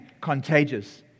contagious